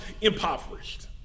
impoverished